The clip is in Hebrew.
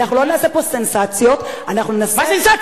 אנחנו לא נעשה פה סנסציות, אנחנו, מה סנסציות?